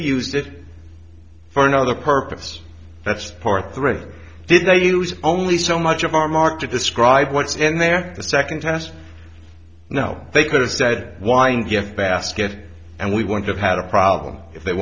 use it for another purpose that's part of the ring did they use only so much of our mark to describe what's in there the second test now they could have said wine gift basket and we won't have had a problem if they